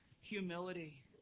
humility